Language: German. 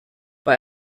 bei